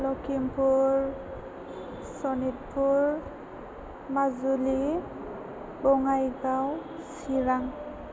Lakhimpur Sonitpur Majuli Bongaigaon Chirang